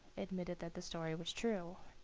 admitted that the story was true.